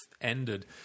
ended